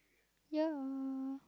ya